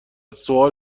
سؤال